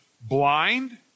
blind